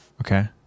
Okay